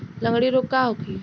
लगंड़ी रोग का होखे?